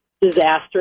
disaster